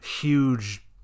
huge